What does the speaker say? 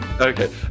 Okay